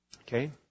Okay